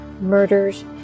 murders